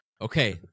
Okay